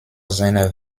seiner